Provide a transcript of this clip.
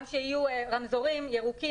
גם כשיהיו רמזורים ירוקים,